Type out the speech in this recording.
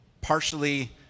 partially